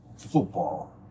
football